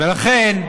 לכן,